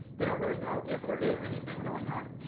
they don't really know if there is anything going on